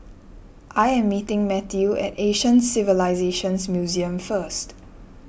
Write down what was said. I am meeting Matthew at Asian Civilisations Museum first